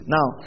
Now